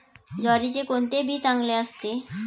ज्वारीचे कोणते बी चांगले असते?